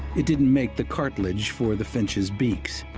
it didn't make the cartilage for the finches' beaks.